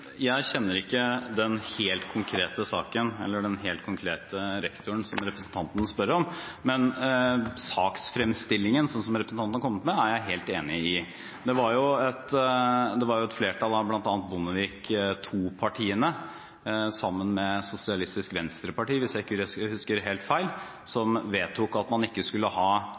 Jeg kjenner ikke den helt konkrete saken, eller den helt konkrete rektoren som representanten spør om. Men saksfremstillingen, slik som representanten har kommet med den, er jeg helt enig i. Det var et flertall av bl.a. Bondevik II-partiene, sammen med SV – hvis jeg ikke husker helt feil – som vedtok at man ikke skulle ha